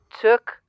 took